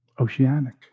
Oceanic